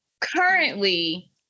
currently